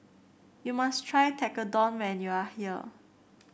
you must try Tekkadon when you are here